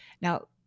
Now